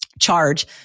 charge